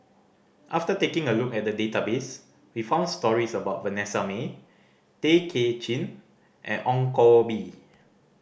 after taking a look at the database we found stories about Vanessa Mae Tay Kay Chin and Ong Koh Bee